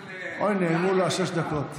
אוי, נעלמו לו שש הדקות.